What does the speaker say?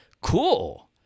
cool